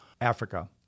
Africa